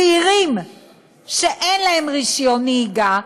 צעירים שאין להם רישיון נהיגה,